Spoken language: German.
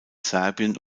serbien